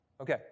Okay